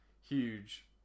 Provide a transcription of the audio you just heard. huge